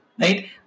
Right